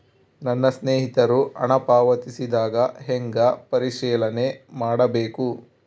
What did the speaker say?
ನನ್ನ ಸ್ನೇಹಿತರು ಹಣ ಪಾವತಿಸಿದಾಗ ಹೆಂಗ ಪರಿಶೇಲನೆ ಮಾಡಬೇಕು?